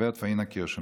הגברת פאינה קירשנבאום.